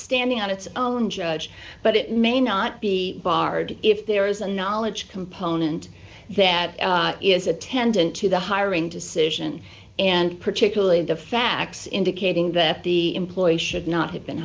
standing on its own judge but it may not be barred if there is a knowledge component that is attendant to the hiring decision and particularly the facts indicating that the employee should not have been